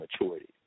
maturity